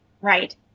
Right